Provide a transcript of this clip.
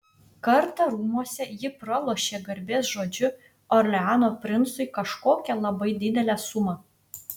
kartą rūmuose ji pralošė garbės žodžiu orleano princui kažkokią labai didelę sumą